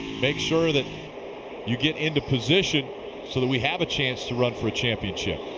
make sure that you get into position so that we have a chance to run for a championship.